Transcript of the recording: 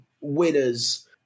winners